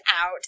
out